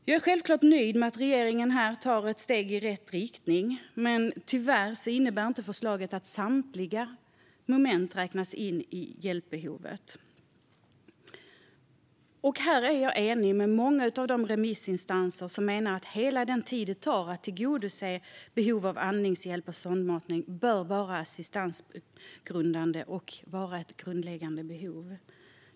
Jag är självklart nöjd med att regeringen nu tar ett steg i rätt riktning. Men tyvärr innebär inte förslaget att samtliga moment räknas in i hjälpbehovet. Här är jag enig med många av de remissinstanser som menar att hela den tid det tar att tillgodose behov av andningshjälp eller sondmatning bör vara assistansgrundande som ett grundläggande behov.